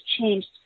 changed